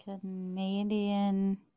Canadian